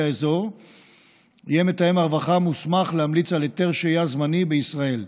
האזור יהיה מתאם הרווחה מוסמך להמליץ על היתר שהייה זמני בישראל,